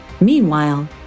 Meanwhile